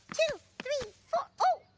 two, three, four. ooh,